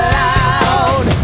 loud